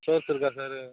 source இருக்கா sir